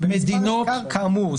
"מדינות כאמור".